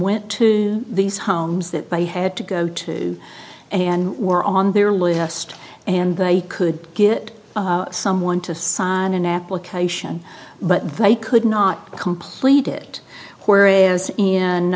went to these homes that they had to go to and were on their list and they could get someone to sign an application but they could not complete it where